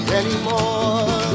anymore